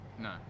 no